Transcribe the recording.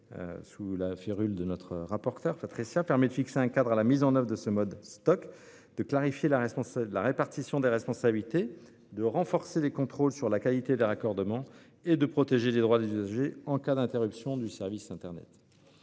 sous la férule de notre rapporteure Patricia Demas, permet de fixer un cadre de mise en oeuvre du mode Stoc, de clarifier la répartition des responsabilités, de renforcer les contrôles de la qualité des raccordements et de protéger les droits des usagers en cas d'interruption des services internet.